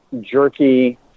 jerky